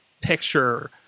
picture